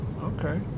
okay